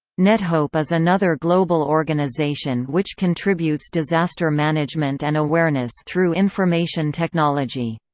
nethope is another global organization which contributes disaster management and awareness through information technology.